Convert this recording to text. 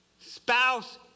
spouse